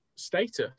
status